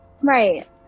right